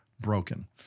broken